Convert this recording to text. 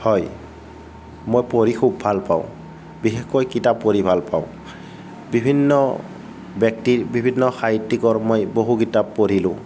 হয় মই পঢ়ি খুব ভাল পাওঁ বিশেষকৈ কিতাপ পঢ়ি ভাল পাওঁ বিভিন্ন ব্য়ক্তিৰ বিভিন্ন সাহিত্য়িকৰ মই বহু কিতাপ পঢ়িলোঁ